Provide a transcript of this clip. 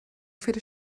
viele